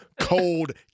cold